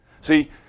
See